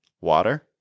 Water